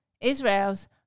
Israel's